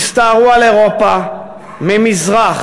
שהסתערו על אירופה ממזרח,